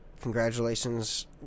congratulations